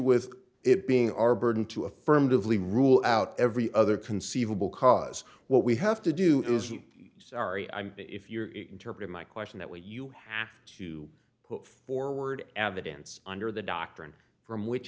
with it being our burden to affirmatively rule out every other conceivable cause what we have to do is be sorry i'm if you're interpret my question that way you have to put forward evidence under the doctrine from which